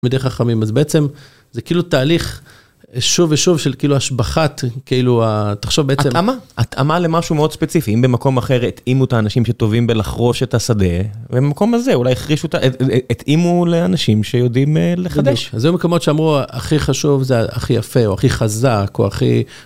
תלמידי חכמים, אז בעצם, זה כאילו תהליך שוב ושוב של כאילו השבחת, כאילו ה... תחשוב בעצם... -התאמה? התאמה למשהו מאוד ספציפי. אם במקום אחר התאימו את האנשים שטובים בלחרוש את השדה, במקום הזה אולי החרישו... התאימו לאנשים שיודעים לחדש. -בדיוק. אז זה מקומות שאמרו, הכי חשוב זה הכי יפה, או הכי חזק, או הכי...